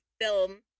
film